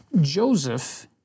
Joseph